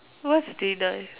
what's deny